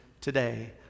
today